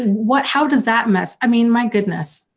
what. how does that mess. i mean, my goodness.